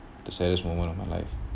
the saddest moment of my life